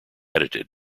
edited